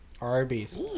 Arby's